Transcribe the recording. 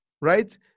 right